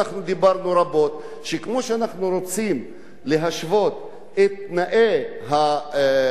כמו שאנחנו רוצים להשוות את תנאי הבחינה שלהם